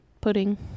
pudding